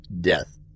death